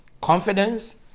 Confidence